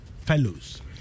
fellows